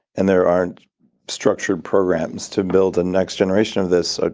and there aren't structured programs to build a next generation of this, ah